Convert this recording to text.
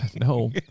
No